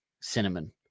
cinnamon